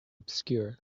obscure